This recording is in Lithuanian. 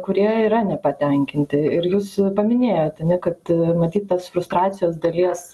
kurie yra nepatenkinti ir jūs paminėjot ane kad matyt tas frustracijos dalies